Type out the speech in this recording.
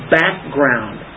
background